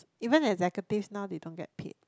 even executives now they don't get paid